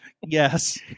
yes